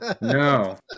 no